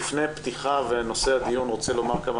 לפני פתיחה ונושא הדיון אני רוצה לומר כמה